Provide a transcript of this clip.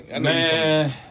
Man